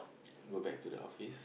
go back to the office